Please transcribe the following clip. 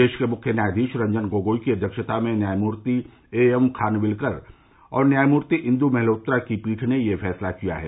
देश के मुख्य न्यायाधीश रंजन गोगोई की अध्यक्षता में न्यायमूर्ति ए एम खानविलकर और न्यायमूर्ति इंदू मल्होत्रा की पीठ ने यह फैसला किया है